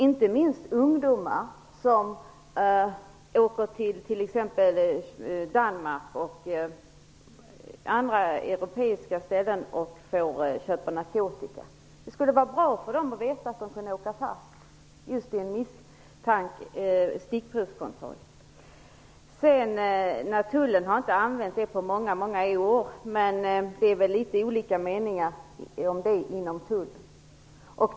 Inte minst för ungdomar som åker till Danmark eller andra europeiska länder där de kan köpa narkotika skulle det vara bra att veta att de kan åka fast vid en stickprovskontroll. Tullen har inte använt detta på många år, men det är litet olika meningar om det inom tullen.